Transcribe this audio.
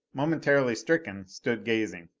momentarily stricken, stood gazing.